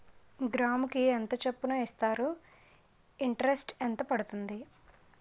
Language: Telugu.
గ్రాముకి ఎంత చప్పున ఇస్తారు? ఇంటరెస్ట్ ఎంత పడుతుంది?